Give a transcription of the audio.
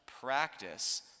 Practice